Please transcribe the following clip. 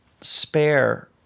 spare